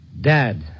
Dad